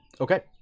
Okay